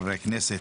היום יום רביעי,